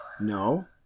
No